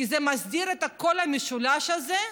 כי זה מסדיר את כל המשולש הזה,